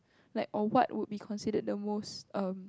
like or what would be considered the most um